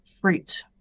fruit